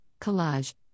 collage